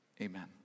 Amen